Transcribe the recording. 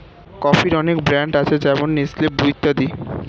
কফির অনেক ব্র্যান্ড আছে যেমন নেসলে, ব্রু ইত্যাদি